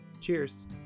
Cheers